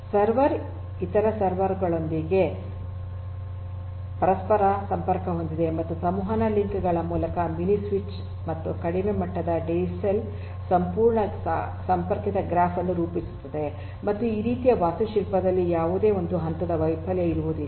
server ಇತರ server ಗಳೊಂದಿಗೆ ಪರಸ್ಪರ ಸಂಪರ್ಕ ಹೊಂದಿದೆ ಮತ್ತು ಸಂವಹನ ಲಿಂಕ್ ಗಳ ಮೂಲಕ ಮಿನಿ ಸ್ವಿಚ್ ಮತ್ತು ಕಡಿಮೆ ಮಟ್ಟದ ಡಿಸೆಲ್ ಸಂಪೂರ್ಣ ಸಂಪರ್ಕಿತ ಗ್ರಾಫ್ ಅನ್ನು ರೂಪಿಸುತ್ತದೆ ಮತ್ತು ಈ ರೀತಿಯ ವಾಸ್ತುಶಿಲ್ಪದಲ್ಲಿ ಯಾವುದೇ ಒಂದು ಹಂತದ ವೈಫಲ್ಯ ಇರುವುದಿಲ್ಲ